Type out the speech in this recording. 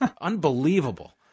unbelievable